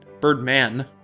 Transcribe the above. Birdman